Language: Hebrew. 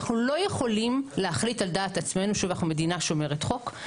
אנחנו לא יכולים להחליט על דעת עצמנו שוב אנחנו מדינה שומרת חוק,